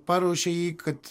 paruošia jį kad